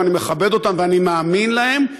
ואני מכבד אותם ואני מאמין להם,